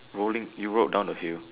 rolling you rode down a hill